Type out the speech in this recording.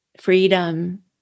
freedom